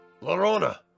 Lorona